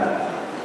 כן.